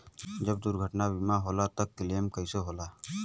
जब दुर्घटना बीमा होला त क्लेम कईसे होला?